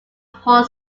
horn